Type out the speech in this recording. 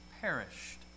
perished